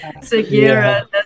Segura